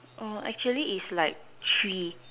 oh actually is like three